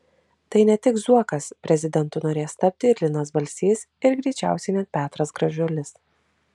tai ne tik zuokas prezidentu norės tapti ir linas balsys ir greičiausiai net petras gražulis